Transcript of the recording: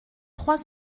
trois